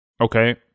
Okay